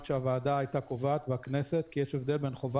שהוועדה והכנסת היו קובעות כי יש הבדל בין חובה